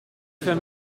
für